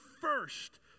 first